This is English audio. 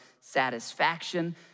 satisfaction